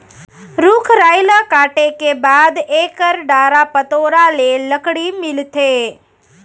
रूख राई ल काटे के बाद एकर डारा पतोरा ले लकड़ी मिलथे